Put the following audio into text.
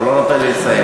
הוא לא נותן לי לסיים.